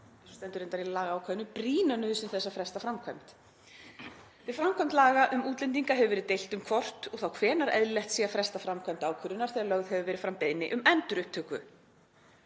— svo stendur reyndar í lagaákvæðinu: „brýna“ — „nauðsyn þess að fresta framkvæmd. Við framkvæmd laga um útlendinga hefur verið deilt um hvort og þá hvenær eðlilegt sé að fresta framkvæmd ákvörðunar þegar lögð hefur verið fram beiðni um endurupptöku.